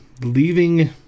leaving